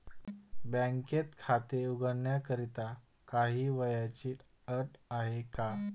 बँकेत खाते उघडण्याकरिता काही वयाची अट आहे का?